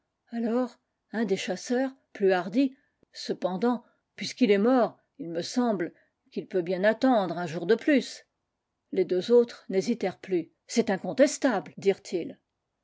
alors un des chasseurs plus hardi cependant puisqu'il est mort il me semble qu'il peut bien attendre un jour de plus les deux autres n'hésitèrent plus c'est incontestable